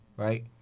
Right